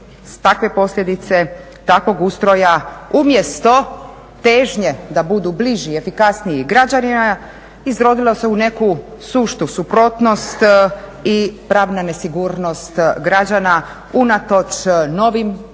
takve posljedice takvog ustroja umjesto težnje da budu bliži i efikasniji građanima izrodilo se u neku suštu suprotnost i pravna nesigurnost građana unatoč novim modernim